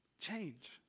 change